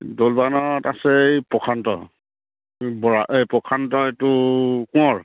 দলবাগানত আছে এই প্ৰশান্ত বৰা এই প্ৰশান্ত এইটো কোঁৱৰ